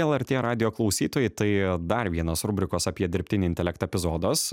lrt radijo klausytojai tai dar vienas rubrikos apie dirbtinį intelektą epizodas